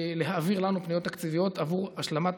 להעביר לנו פניות תקציביות בעבור השלמת